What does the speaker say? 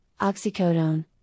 oxycodone